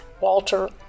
Walter